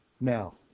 now